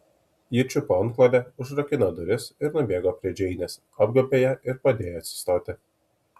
ji čiupo antklodę užrakino duris ir nubėgo prie džeinės apgobė ją ir padėjo atsistoti